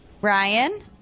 Ryan